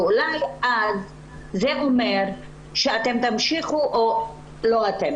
זה אומר שאתם תמשיכו לא אתם